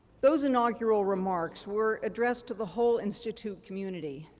those inaugural remarks were addressed to the whole institute community.